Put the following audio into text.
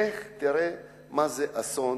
לך תראה מה זה אסון